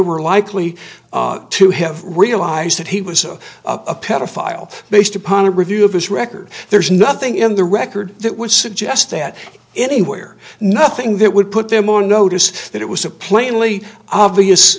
were likely to have realized that he was a pedophile based upon a review of his record there's nothing in the record that would suggest that anywhere nothing that would put them on notice that it was a plainly obvious